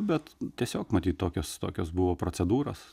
bet tiesiog matyt tokios tokios buvo procedūros